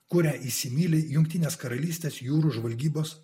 kurią įsimyli jungtinės karalystės jūrų žvalgybos